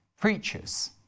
preachers